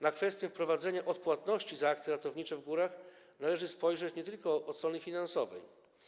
Na kwestię wprowadzenia odpłatności za akcje ratownicze w górach należy spojrzeć nie tylko od strony finansowej.